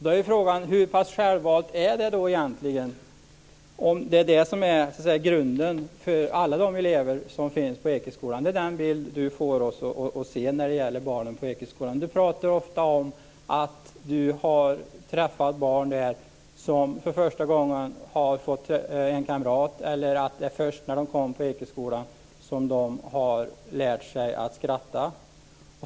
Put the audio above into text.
Då är ju frågan: Hur pass självvalt är det då egentligen, om det är det som är grunden för alla de elever som finns på Ekeskolan? Det är den bild Sten Tolgfors får oss att se när det gäller barnen på Ekeskolan. Sten Tolgfors pratar ofta om att han har träffat barn där som för första gången har fått en kamrat, eller att det är först när de kom till Ekeskolan som de har lärt sig att skratta.